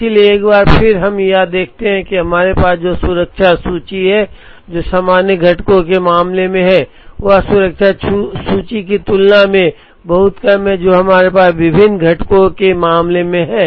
इसलिए एक बार फिर हम यह देखते हैं कि हमारे पास जो सुरक्षा सूची है जो सामान्य घटकों के मामले में है वह सुरक्षा सूची की तुलना में बहुत कम है जो हमारे पास विभिन्न घटकों के मामले में है